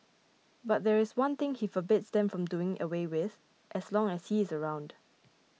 but there is one thing he forbids them from doing away with as long as he is around